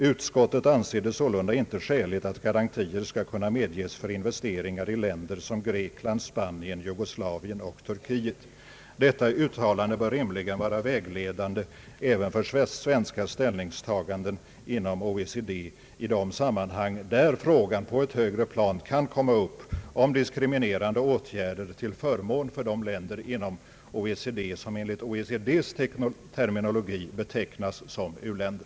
Utskottet anser det sålunda inte skäligt att garantier skall kunna medges för investeringar i länder som Grekland, Spanien, Jugoslavien och Turkiet.» Detta uttalande bör rimligen vara vägledande även för svenska ställningstaganden inom OECD i de sammanhang där frågor på ett högre plan kan komma upp om diskriminerande åtgärder till förmån för de länder inom OECD som enligt OECD:s terminologi betecknas om u-länder.